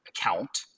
account